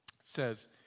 says